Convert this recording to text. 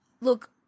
Look